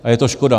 A je to škoda.